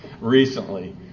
recently